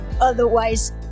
Otherwise